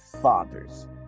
fathers